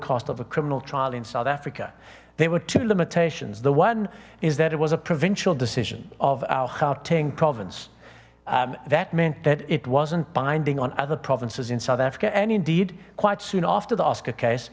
ast of a criminal trial in south africa there were two limitations the one is that it was a provincial decision of our hearting province that meant that it wasn't binding on other provinces in south africa and indeed quite soon after the oscar case